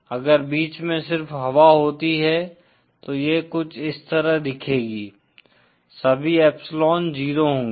अगर बीच में सिर्फ हवा होती है तो यह कुछ इस तरह दिखेगी सभी एप्सिलॉन 0 होंगे